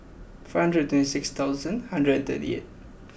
five hundred twenty six thousand hundred thirty eight